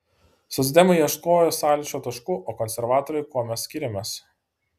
socdemai ieškojo sąlyčio taškų o konservatoriai kuo mes skiriamės